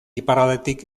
iparraldetik